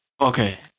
Okay